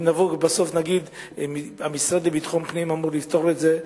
ואם נבוא בסוף ונגיד שהמשרד לביטחון הפנים אמור לפתור את זה,